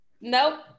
Nope